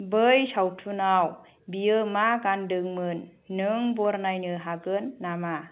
बै सावथुनयाव बियो मा गानदोंमोन नों बरनायनो हागोन नामा